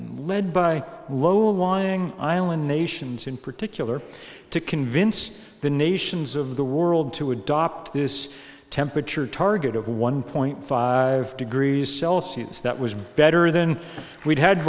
led by low lying island nations in particular to convince the nations of the world to adopt this temperature target of one point five degrees celsius that was better than we've had